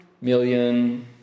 million